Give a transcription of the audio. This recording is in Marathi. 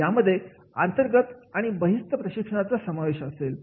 यामध्ये अंतर्गत आणि बहिस्त प्रशिक्षणाचा समावेश असेल